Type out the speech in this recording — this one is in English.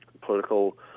political